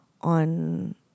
on